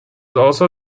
also